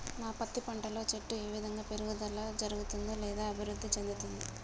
నా పత్తి పంట లో చెట్టు ఏ విధంగా పెరుగుదల జరుగుతుంది లేదా అభివృద్ధి చెందుతుంది?